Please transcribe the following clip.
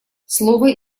слово